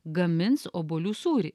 gamins obuolių sūrį